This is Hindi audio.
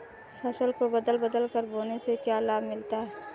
फसल को बदल बदल कर बोने से क्या लाभ मिलता है?